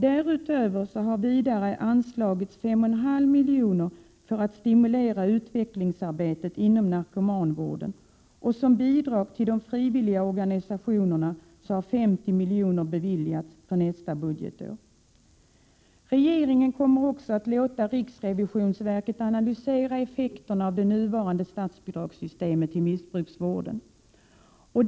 Därutöver har anslagits 5,5 milj.kr. för att stimulera utvecklingsarbetet inom narkomanvården, och som bidrag till de frivilliga organisationerna har vidare 50 milj.kr. beviljats för nästa budgetår. Regeringen kommer också att låta riksrevisionsverket analysera effekterna av det nuvarande systemet för statsbidrag till missbrukarvården.